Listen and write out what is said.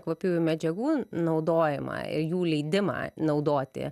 kvapiųjų medžiagų naudojimą ir jų leidimą naudoti